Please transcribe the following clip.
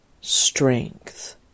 strength